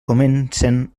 comencen